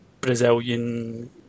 Brazilian